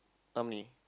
how many